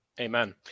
Amen